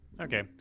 Okay